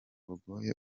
bugoye